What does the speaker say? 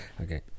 Okay